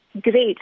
great